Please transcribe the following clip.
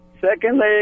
Secondly